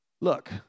Look